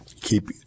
keep